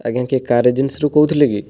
ଆଜ୍ଞା କିଏ କାର୍ ଏଜେନ୍ସିରୁ କହୁଥିଲେ କି